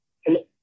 Hello